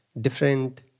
different